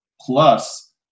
Plus